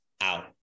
out